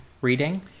reading